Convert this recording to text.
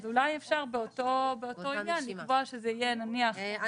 אז אולי אפשר באותו עניין לקבוע שזה יהיה נניח פסיכולוג.